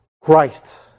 Christ